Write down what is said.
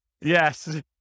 Yes